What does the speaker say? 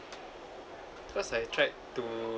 cause I tried to